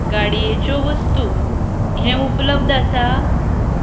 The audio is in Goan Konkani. गाडयेच्यो वस्तू हें उपलब्ध आसा